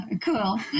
Cool